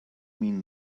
mean